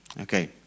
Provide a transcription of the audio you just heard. Okay